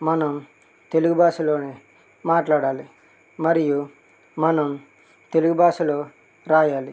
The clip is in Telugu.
మనం తెలుగు భాషలోనే మాట్లాడాలి మరియు మనం తెలుగు భాషలో రాయాలి